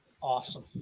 Awesome